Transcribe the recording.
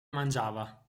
mangiava